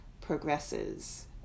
progresses